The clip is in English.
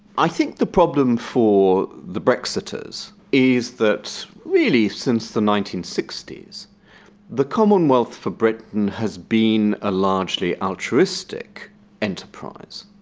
i think the problem for the brexiters is that really since the nineteen sixty s the commonwealth for britain has been a largely altruistic enterprise.